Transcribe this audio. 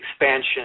expansion